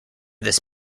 this